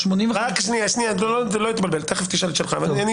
כל אחד